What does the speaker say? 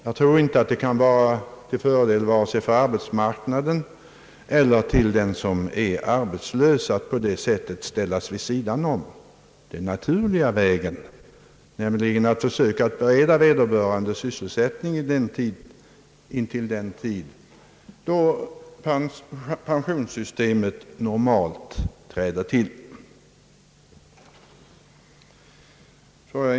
Jag tror inte att det kan vara till fördel vare sig för arbetsmarknaden eller för den som är arbetslös att på detta sätt ställas vid sidan av den naturliga vägen, nämligen försök att bereda vederbörande sysselsättning intill den tid då pensionssystemet normalt träder till.